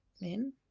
men